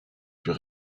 plus